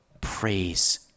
praise